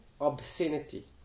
obscenity